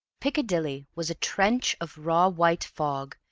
piccadilly was a trench of raw white fog,